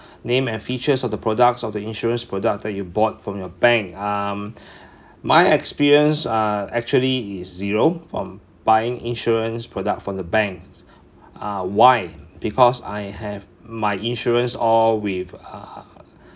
name and features of the products of the insurance product that you bought from your bank um my experience uh actually is zero from buying insurance product from the banks uh why because I have my insurance all with uh